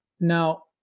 Now